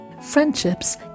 Friendships